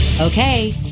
Okay